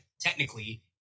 technically